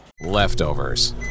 Leftovers